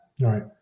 Right